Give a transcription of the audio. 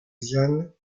xian